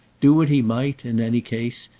do what he might, in any case,